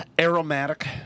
aromatic